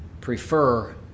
prefer